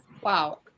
Wow